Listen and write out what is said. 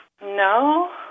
No